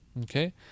Okay